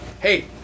hey